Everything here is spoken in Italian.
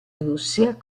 russia